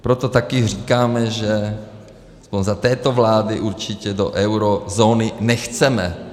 Proto taky říkáme, že aspoň za této vlády určitě do eurozóny nechceme.